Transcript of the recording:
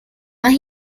más